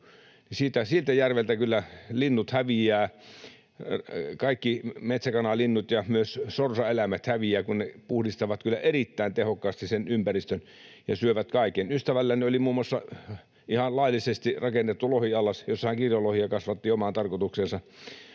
siltä järveltä kyllä linnut häviävät. Kaikki metsäkanalinnut ja myös sorsaeläimet häviävät, kun minkit puhdistavat kyllä erittäin tehokkaasti sen ympäristön ja syövät kaiken. Ystävälläni oli muun muassa ihan laillisesti rakennettu lohiallas, jossa hän kirjolohia kasvatti omaan tarkoitukseensa,